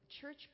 church